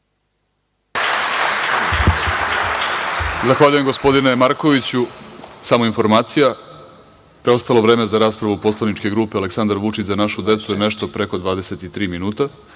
Zahvaljujem gospodine Markoviću. Samo informacija. Preostalo vreme za raspravu poslaničke grupe Aleksandar Vučić – za našu decu je nešto preko 23